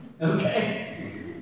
okay